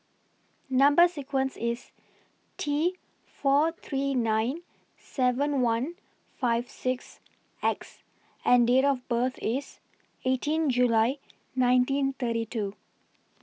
Number sequence IS T four three nine seven one five six X and Date of birth IS eighteen July nineteen thirty two